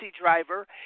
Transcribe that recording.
driver